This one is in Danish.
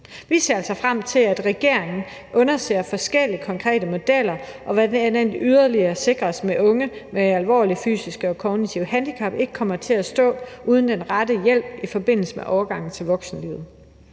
Vi ser altså frem til, at regeringen undersøger forskellige konkrete modeller, i forhold til hvordan man yderligere sikrer, at unge med alvorlige fysiske og kognitive handicap ikke kommer til at stå uden den rette hjælp i forbindelse med overgangen til voksenlivet.